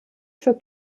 für